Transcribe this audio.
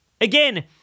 Again